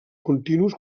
continus